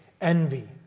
envy